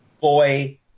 boy